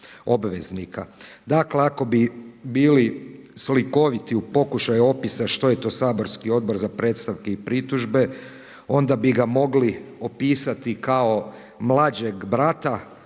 Dakle ako bi bili slikoviti u pokušaju opisa što je to saborski Odbor za predstavke i pritužbe, onda bi ga mogli opisati kao mlađeg brata